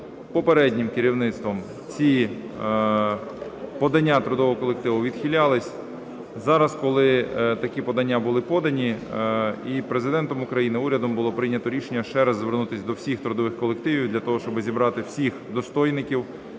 попереднім керівництвом ці подання трудового колективу відхилялись. Зараз, коли такі подання були подані, і Президентом України, і урядом було прийнято рішення ще раз звернутись до всіх трудових колективів для того, щоб зібрати всіх достойників,